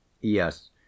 Yes